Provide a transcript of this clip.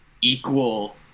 equal